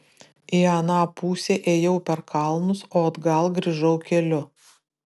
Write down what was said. į aną pusę ėjau per kalnus o atgal grįžau keliu